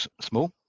small